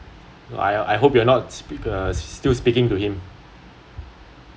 I I hope you are not spe~ uh still speaking to him